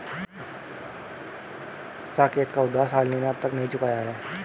साकेत का उधार शालिनी ने अब तक नहीं चुकाया है